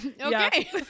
Okay